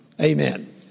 Amen